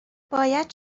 باید